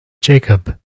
Jacob